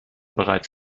bereits